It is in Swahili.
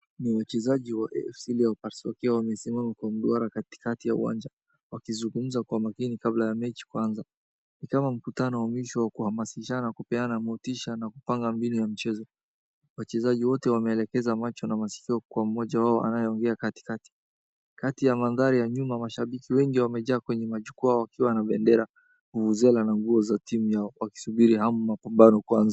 Ni wachezaji wa AFC Leopards wakiwa wamesimama kwa mduara katika ya uwanja wakizungumza kwa makini kabla ya mechi kuanza ni kama mkutano wa mwisho wa kuhamasishana, kupeana motisha na kupanga mbinu ya mchezo. Wachezaji wote wameelekeza macho na maskio kwa mmoja wao anayeongea katikati. Kati ya mandhari ya nyuma mashabiki wengi wamejaa kwenye majukwaa wakiwa na bendera, vuvuzela na nguo za timu yao wakisubiri hayo mapambano kuanza.